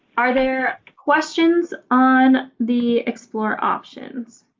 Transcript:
are there questions on the explore options